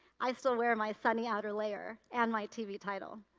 i still wear my sunny outer layer and my tv title,